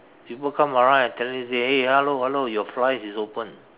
people come around and tell you say hey hello hello your fly is open